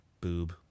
Boob